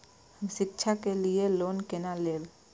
हम शिक्षा के लिए लोन केना लैब?